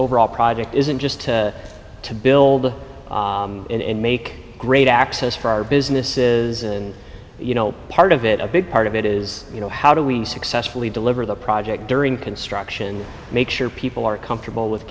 overall project isn't just to build and make great access for our businesses and you know part of it a big part of it is you know how do we successfully deliver the project during construction make sure people are comfortable with